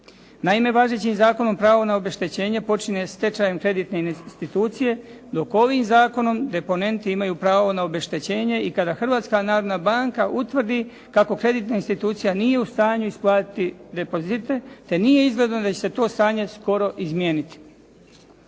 Naime, važećim zakonom pravo na obeštećenje počinje stečajem kreditne institucije dok ovim zakonom deponenti imaju pravo na obeštećenje i kada Hrvatska narodna banka utvrdi kako kreditna institucija nije u stanju isplatiti depozite, te nije izgledno da će se to stanje skoro izmijeniti.